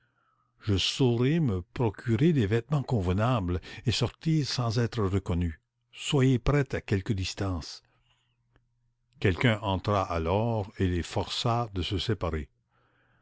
je saurai me procurer des vêtemens convenables et sortir sans être reconnue soyez prêt à quelque distance quelqu'un entra alors et les força de se séparer